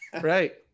Right